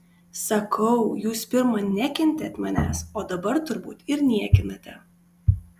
sakau jūs pirma nekentėt manęs o dabar turbūt ir niekinate